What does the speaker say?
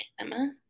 Emma